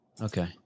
Okay